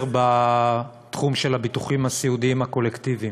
בתחום של הביטוחים הסיעודיים הקולקטיביים.